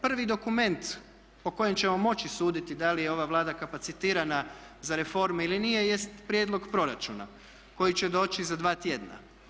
Prvi dokument po kojem ćemo moći suditi da li je ova Vlada kapacitirana za reforme ili nije jest prijedlog proračuna koji će doći za 2 tjedna.